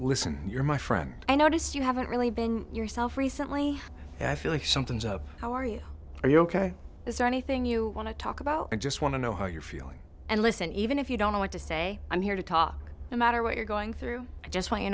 listen you're my friend i noticed you haven't really been yourself recently i feel like something's up how are you are you ok is there anything you want to talk about i just want to know how you're feeling and listen even if you don't want to say i'm here to talk the matter what you're going through i just want you